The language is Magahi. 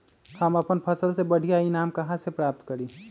हम अपन फसल से बढ़िया ईनाम कहाँ से प्राप्त करी?